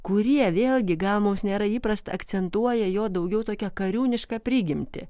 kurie vėlgi gal mums nėra įprasta akcentuoja į jo daugiau tokią kariūnišką prigimtį